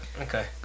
Okay